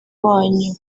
wanyu